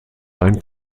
ein